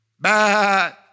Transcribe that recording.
Bad